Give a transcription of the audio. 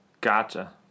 Gotcha